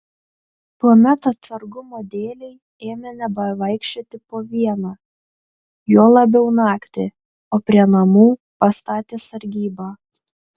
tuomet atsargumo dėlei ėmė nebevaikščioti po vieną juo labiau naktį o prie namų pastatė sargybą